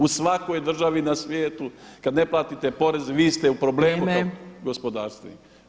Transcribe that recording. U svakoj državi na svijetu kada ne platite porez vi ste u problemu kao gospodarstvenik.